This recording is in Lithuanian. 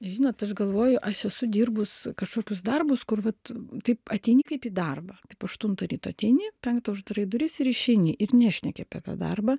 žinot aš galvoju aš esu dirbus kažkokius darbus kur vat taip ateini kaip į darbą aštuntą ryto ateini penktą uždarai duris ir išeini ir nešneki apie tą darbą